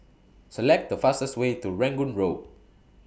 Select The fastest Way to Rangoon Road